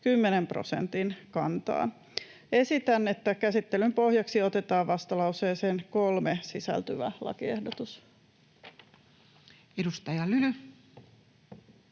10 prosentin kantaan. Esitän, että käsittelyn pohjaksi otetaan vastalauseeseen 3 sisältyvä lakiehdotus. Edustaja Lyly.